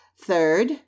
Third